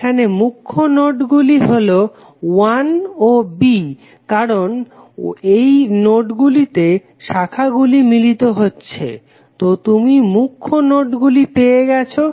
এখানে মুখ্য নোডগুলি হলো 1 ও B কারণ এই নোডগুলিতেই শাখাগুলি মিলিত হচ্ছে তো তুমি মুখ্য নোডগুলি পেয়ে গেছো